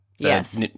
Yes